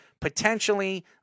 potentially